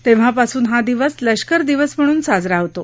तेव्हापासून हा दिवस लष्कर दिवस म्हणून साजरा होतो